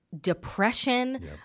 depression